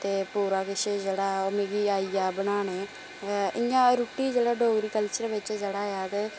ते पुरा किश जेहड़ा ऐ मिगी आई जाए बनाने इयां रुट्टी जेहड़ा डोगरी कल्चर बिच जेहड़ा ऐ ते